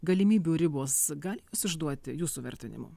galimybių ribos gali išduoti jūsų vertinimu